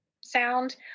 sound